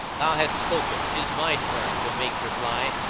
thou hast spoken, tis my turn to make reply.